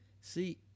See